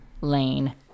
lane